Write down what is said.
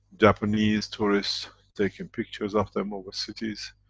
japanese tourists taken pictures of them over cities,